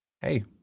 hey